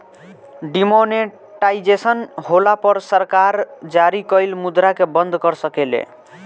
demonetisation होला पर सरकार जारी कइल मुद्रा के बंद कर सकेले